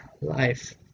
life